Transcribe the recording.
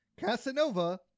casanova